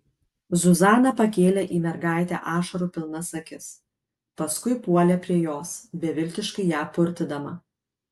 zuzana pakėlė į mergaitę ašarų pilnas akis paskui puolė prie jos beviltiškai ją purtydama